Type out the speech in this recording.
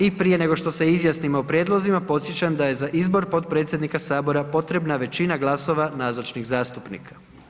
I prije nego što se izjasnimo o prijedlozima podsjećam da je za izbor potpredsjednika Sabora potrebna većina glasova nazočnih zastupnika.